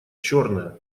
черная